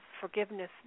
forgiveness